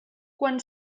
quan